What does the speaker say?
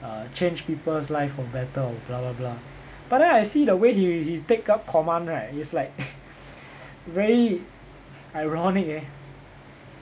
uh change people's life for better or blah blah blah but then I see the way he he take up command right is like very ironic eh